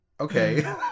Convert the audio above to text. okay